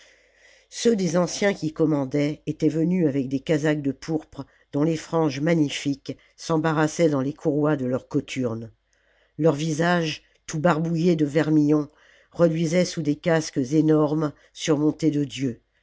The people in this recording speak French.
ceux des anciens qui commandaient étaient venus avec des casaques de pourpre dont les franges magnifiques s'embarrassaient dans les courroies de leurs cothurnes leurs visages tout barbouillés de vermillon reluisaient sous des casques énormes surmontés de dieux